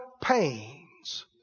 pains